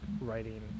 writing